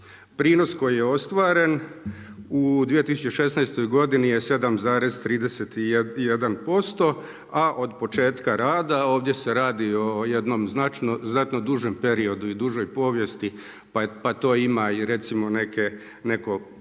Prinos koji je ostvaren u 2016. godini je 7, 31%,a od početka rada, ovdje se radi o jednom znatnom dužem periodu i dužoj povijest pa to ima i neko puno veće